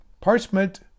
Parchment